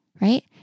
right